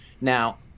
Now